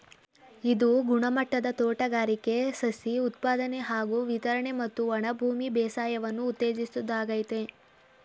ಇದು ಗುಣಮಟ್ಟದ ತೋಟಗಾರಿಕೆ ಸಸಿ ಉತ್ಪಾದನೆ ಹಾಗೂ ವಿತರಣೆ ಮತ್ತೆ ಒಣಭೂಮಿ ಬೇಸಾಯವನ್ನು ಉತ್ತೇಜಿಸೋದಾಗಯ್ತೆ